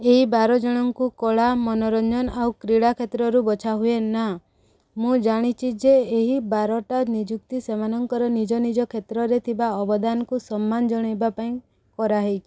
ଏଇ ବାର ଜଣଙ୍କୁ କଳା ମନୋରଞ୍ଜନ ଆଉ କ୍ରୀଡ଼ା କ୍ଷେତ୍ରରୁ ବଛା ହୁଏ ନା ମୁଁ ଜାଣିଛି ଯେ ଏହି ବାରଟା ନିଯୁକ୍ତି ସେମାନଙ୍କର ନିଜ ନିଜ କ୍ଷେତ୍ରରେ ଥିବା ଅବଦାନକୁ ସମ୍ମାନ ଜଣାଇବା ପାଇଁ କରା ହେଇଛି